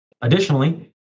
Additionally